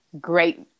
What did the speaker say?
great